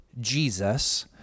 Jesus